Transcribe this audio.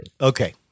Okay